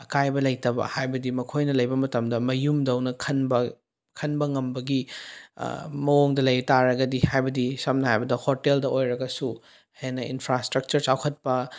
ꯑꯀꯥꯏꯕ ꯂꯩꯇꯕ ꯍꯥꯏꯕꯗꯤ ꯃꯈꯣꯏꯅ ꯂꯩꯕ ꯃꯇꯝꯗ ꯃꯌꯨꯝꯇꯧꯅ ꯈꯟꯕ ꯈꯟꯕ ꯉꯝꯕꯒꯤ ꯃꯑꯣꯡꯗ ꯂꯩ ꯇꯥꯔꯒꯗꯤ ꯍꯥꯏꯕꯗꯤ ꯁꯝꯅ ꯍꯥꯏꯔꯕꯗ ꯍꯣꯇꯦꯜꯗ ꯑꯣꯏꯔꯒꯁꯨ ꯍꯦꯟꯅ ꯏꯟꯐ꯭ꯔꯥꯏꯁꯇ꯭ꯔꯛꯆꯔ ꯆꯥꯎꯈꯠꯄ